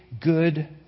good